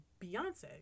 Beyonce